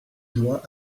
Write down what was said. doigts